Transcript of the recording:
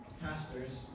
pastors